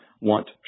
want